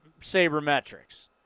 sabermetrics